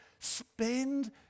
Spend